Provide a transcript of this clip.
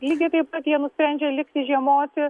lygiai taip pat jie nusprendžia likti žiemoti